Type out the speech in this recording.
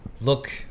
look